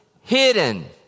hidden